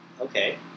okay